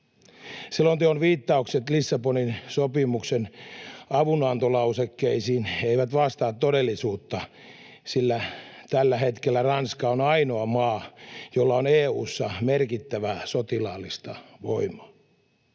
Selonteon viittaukset Lissabonin sopimuksen avunantolausekkeisiin eivät vastaa todellisuutta, sillä tällä hetkellä Ranska on ainoa maa EU:ssa, jolla on merkittävää sotilaallista voimaa.